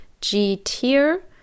G-Tier